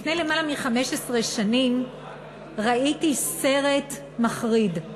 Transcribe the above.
לפני למעלה מ-15 שנים ראיתי סרט מחריד,